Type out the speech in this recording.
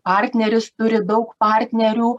partneris turi daug partnerių